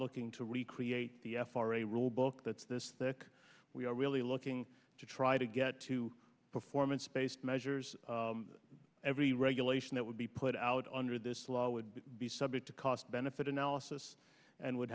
looking to recreate the f r a rule book that's this thick we are really looking to try to get to performance based measures every regulation that would be put out under this law would be subject a cost benefit analysis and would